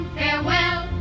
farewell